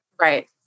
Right